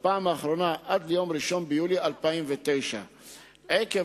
ובפעם האחרונה עד 1 ביולי 2009. עקב